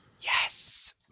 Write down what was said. Yes